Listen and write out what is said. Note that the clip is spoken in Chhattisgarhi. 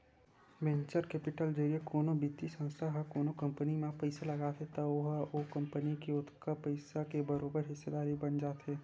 वेंचर केपिटल जरिए कोनो बित्तीय संस्था ह कोनो कंपनी म पइसा लगाथे त ओहा ओ कंपनी के ओतका पइसा के बरोबर हिस्सादारी बन जाथे